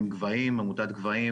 עם עמותת "גבהים",